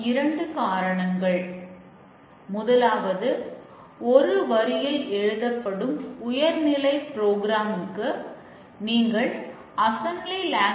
இரண்டு நாட்களுக்கு நாம் சோதிக்கிறோம் என்று கூறலாம்